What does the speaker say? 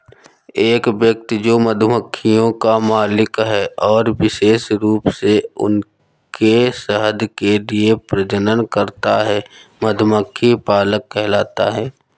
एक व्यक्ति जो मधुमक्खियों का मालिक है और विशेष रूप से उनके शहद के लिए प्रजनन करता है, मधुमक्खी पालक कहलाता है